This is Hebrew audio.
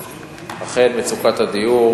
אכן, מצוקת הדיור